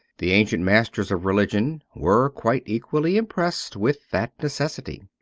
the ancient masters of religion were quite equally impressed with that necessity.